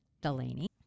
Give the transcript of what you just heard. Delaney